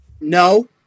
No